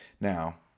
Now